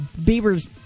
Bieber's